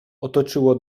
otoczyło